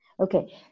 Okay